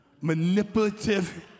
manipulative